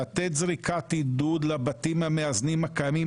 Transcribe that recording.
לתת זריקת עידוד לבתים המאזנים הקיימים,